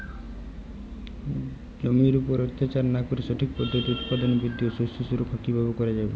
জমির উপর অত্যাচার না করে সঠিক পদ্ধতিতে উৎপাদন বৃদ্ধি ও শস্য সুরক্ষা কীভাবে করা যাবে?